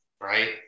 right